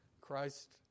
Christ